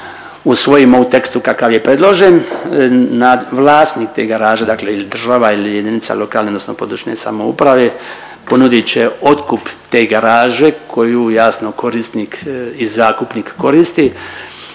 usvojimo u tekstu kakav je predloženo vlasnik te garaže dakle ili država ili jedinici lokalne ili područne samouprave ponudit će otkup te garaže koju jasno korisnik i zakupnik koristi